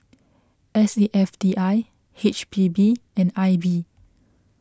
S A F T I H P B and I B